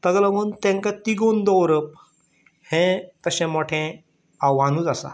ताका लागून तांकां तिगोवन दवरप हें अशें मोठें आव्हानूच आसा